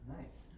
nice